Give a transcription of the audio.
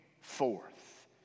forth